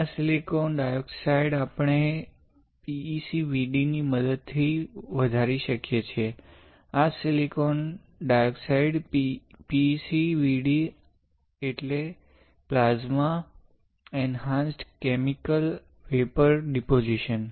આ silicon dioxide આપણે PECVD ની મદદથી વધારી શકીએ છીએ આ સિલિકોન ડાયોક્સાઇડ PECVD PECVD એટલે plasma enhanced chemical vapour deposition